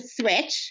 threat